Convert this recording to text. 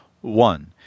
One